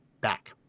back